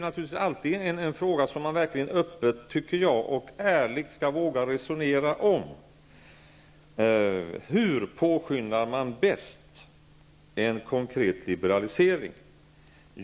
Jag menar att man alltid öppet och ärligt måste våga resonera om hur man bäst påskyndar en konkret liberalisering.